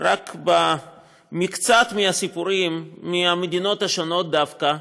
רק במקצת הסיפורים, מהמדינות השונות דווקא,